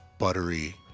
Buttery